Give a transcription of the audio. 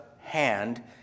hand